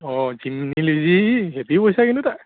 অ heavy পইচা কিন্তু তাৰ